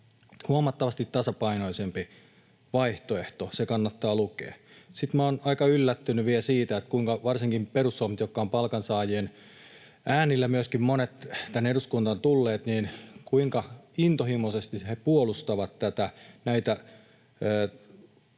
Huomattavasti tasapainoisempi vaihtoehto, se kannattaa lukea. Sitten olen aika yllättynyt vielä siitä, kuinka varsinkin perussuomalaiset, joista monet ovat palkansaajien äänillä myöskin tänne eduskuntaan tulleet, intohimoisesti puolustavat